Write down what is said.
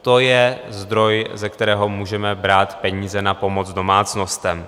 To je zdroj, ze kterého můžeme brát peníze na pomoc domácnostem.